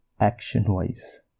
action-wise